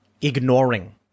ignoring